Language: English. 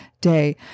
day